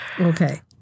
Okay